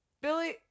Billy